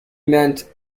meant